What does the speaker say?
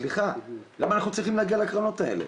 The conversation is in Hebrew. וסליחה, למה אנחנו צריכים להגיע לקרנות האלה?